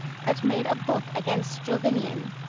that made a book against jovinian,